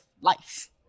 life